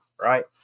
right